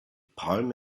palm